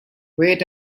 wait